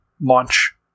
launch